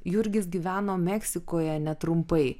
jurgis gyveno meksikoje netrumpai